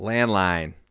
Landline